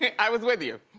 i was with you.